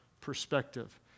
perspective